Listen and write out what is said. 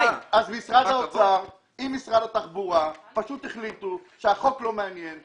משרד האוצר עם משרד התחבורה פשוט החליטו שהחוק לא מעניין,